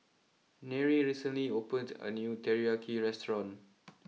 Nery recently opened a new Teriyaki restaurant